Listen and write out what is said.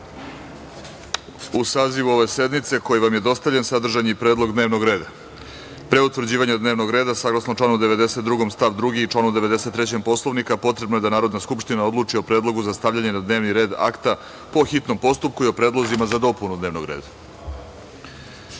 sazivu ove sednice, koji vam je dostavljen, sadržan je i predlog dnevnog reda. Pre utvrđivanja dnevnog reda, saglasno članu 92. stav 2. i članu 93. Poslovnika, potrebno je da Narodna skupština odluči o predlogu za stavljanje na dnevni red akta po hitnom postupku i o predlozima za dopunu dnevnog